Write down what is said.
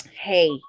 Hey